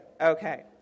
Okay